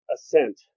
Ascent